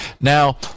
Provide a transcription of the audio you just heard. Now